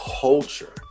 culture